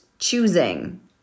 choosing